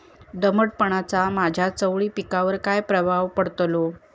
दमटपणाचा माझ्या चवळी पिकावर काय प्रभाव पडतलो?